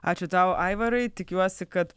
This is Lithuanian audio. ačiū tau aivarai tikiuosi kad